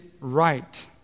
right